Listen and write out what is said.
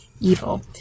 evil